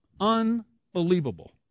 Unbelievable